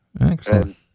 Excellent